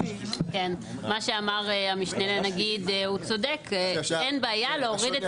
מה שאמר המשנה לנגיד הוא צודק, אין בעיה להוריד את